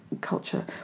culture